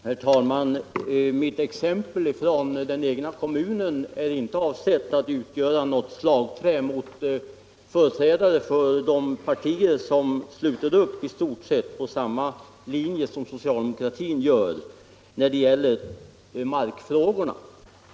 Herr talman! Mitt exempel från den egna kommunen är inte avsett att utgöra något slagträ mot företrädare för de partier som slutit upp på i stort sett samma linje som socialdemokratin när det gäller markfrågorna.